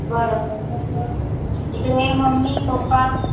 बरं बरं मग इकडे मम्मी पप्पा